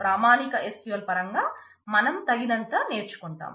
ప్రామాణిక SQL పరంగా మనం తగినంత నేర్చుకుంటాము